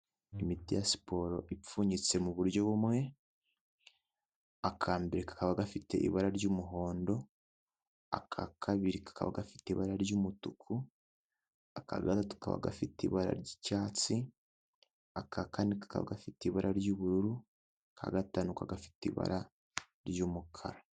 Imiti ya siporo ipfunyitse mu buryo bumwe, aka mbere kakaba gafite ibara ry'umuhondo, aka kabiri kakaba gafite ibara ry'umutuku, akaga tu kaba gafite ibara ry'icyatsi, aka kane kakaba gafite ibara ry'ubururu, aka gatanu kakaba gafite ibara ry'umukara.